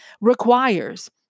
requires